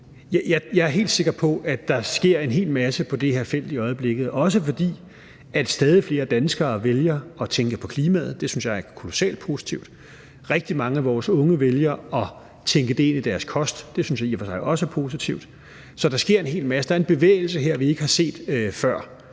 Jeg er helt sikker på, at der sker en hel masse på det her felt i øjeblikket, også fordi stadig flere danskere vælger at tænke på klimaet. Det synes jeg er kolossalt positivt. Rigtig mange af vores unge vælger at tænke det ind i deres kost. Det synes jeg i og for sig også er positivt. Så der sker en hel masse. Der er en bevægelse her, vi ikke har set før.